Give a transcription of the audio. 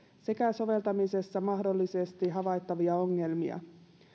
sekä soveltamisessa mahdollisesti havaittavia ongelmia